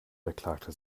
beklagte